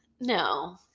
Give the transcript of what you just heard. No